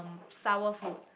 sour food